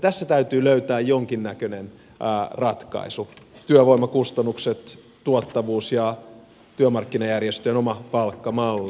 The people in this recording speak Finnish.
tässä täytyy löytää jonkinnäköinen ratkaisu työvoimakustannukset tuottavuus ja työmarkkinajärjestöjen oma palkkamalli